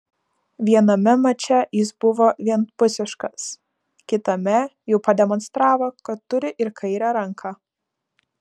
viename mače jis buvo vienpusiškas kitame jau pademonstravo kad turi ir kairę ranką